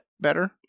better